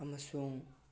ꯑꯃꯁꯨꯡ